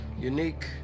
unique